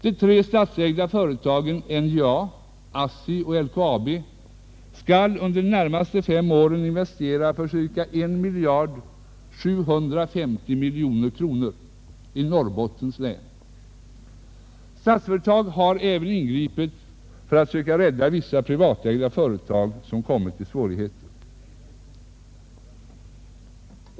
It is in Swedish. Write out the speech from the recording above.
De tre statsägda företagen NJA, ASSI och LKAB skall under de närmaste fem åren investera för ca 1 750 miljoner kronor i Norrbottens län. Statsföretag har även ingripit för att söka rädda vissa privatägda företag som kommit i svårigheter.